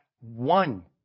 one